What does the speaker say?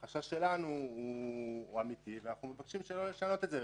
החשש שלנו אמיתי, ואנחנו מבקשים שלא לשנות את זה.